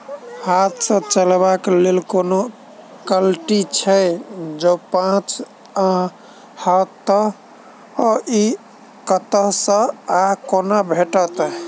हाथ सऽ चलेबाक लेल कोनों कल्टी छै, जौंपच हाँ तऽ, इ कतह सऽ आ कोना भेटत?